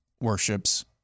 worships